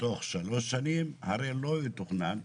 תוך שלוש שנים לא יתוכנן,